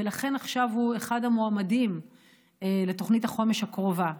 ולכן עכשיו הוא אחד המועמדים לתוכנית החומש הקרובה.